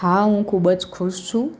હા હું ખૂબ જ ખુશ છું